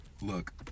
Look